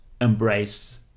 embrace